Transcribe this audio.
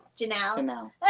Janelle